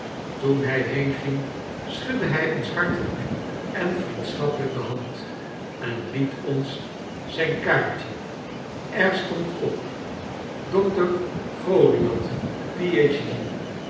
toen hy heenging schudde hy ons hartelyk en vriendschappelyk de hand en liet ons zyn kaartje er stond op doktbe goliath